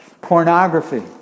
pornography